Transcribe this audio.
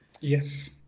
Yes